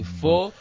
four